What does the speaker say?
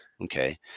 Okay